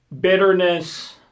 bitterness